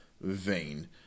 vein